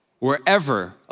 wherever